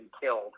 killed